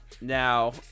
Now